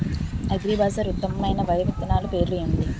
అగ్రిబజార్లో ఉత్తమమైన వరి విత్తనాలు పేర్లు ఏంటి?